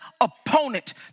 opponent